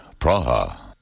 Praha